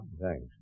Thanks